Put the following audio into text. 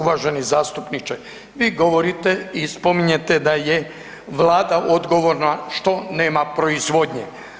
Uvaženi zastupniče, vi govorite i spominjete da je Vlada odgovorna što nema proizvodnje.